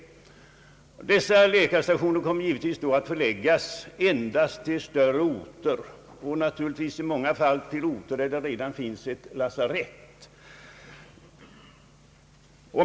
Dessa läkarstationer kommer givetvis då att förläggas endast till större orter — i många fall till orter där det redan finns ett lasarett.